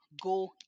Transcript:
Go